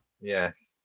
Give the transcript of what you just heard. Yes